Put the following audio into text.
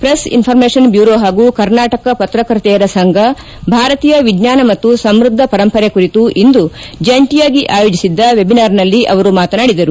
press information ಬ್ದುಕೋ ಹಾಗೂ ಕರ್ನಾಟಕ ಪತ್ರಕರ್ತೆಯರ ಸಂಫ ಭಾರತೀಯ ವಿಜ್ಞಾನ ಮತ್ತು ಸಮೃದ್ಧ ಪರಂಪರೆ ಕುರಿತು ಇಮದು ಜಂಟಯಾಗಿ ಆಯೋಜಿಸಿದ್ದ ವೆಬಿನಾರ್ನಲ್ಲಿ ಅವರು ಮಾತನಾಡಿದರು